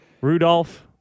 Rudolph